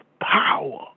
power